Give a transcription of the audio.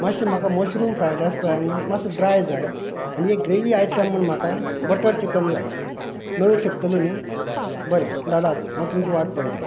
मातशे म्हाका mushroom fry rice पळय आसा न्ही मातसो ड्राय जाय आनी एक ग्रेवी आयटम म्हूण म्हाका बटर चिकन जाय मेळूंक शकतलें न्ही बरें धाडात हांव तुमची वाट पळयतां